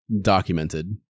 documented